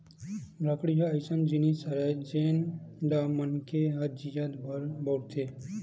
लकड़ी ह अइसन जिनिस हरय जेन ल मनखे ह जियत भर बउरथे